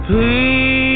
Please